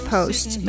Post